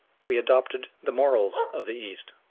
we adopted the morals of the east.